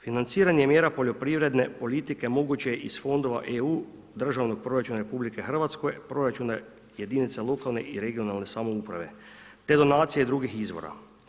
Financiranje i mjera poljoprivredne politike moguće je iz fondova EU, državnog proračuna RH, proračuna jedinica lokalne i regionalne samouprave te donacije drugih izvora.